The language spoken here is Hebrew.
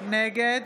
נגד